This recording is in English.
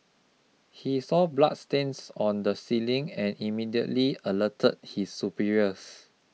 he saw bloodstains on the ceiling and immediately alerted his superiors